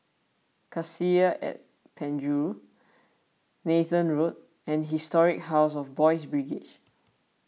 Cassia at Penjuru Nathan Road and Historic House of Boys' Brigade